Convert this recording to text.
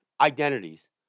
identities